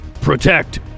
protect